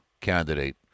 candidate